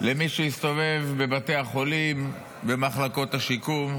למי שהסתובב בבתי החולים במחלקות השיקום,